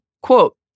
Quote